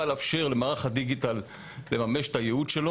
לאפשר למערכת דיגיטל לממש את ייעודו,